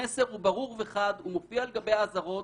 המסר הוא ברור וחד, הוא מופיע על גבי האזהרות.